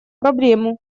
проблему